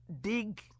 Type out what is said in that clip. dig